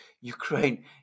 Ukraine